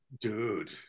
dude